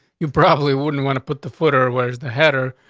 you probably wouldn't want to put the footer. where's the header?